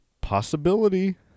Possibility